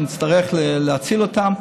שנצטרך להציל אותם.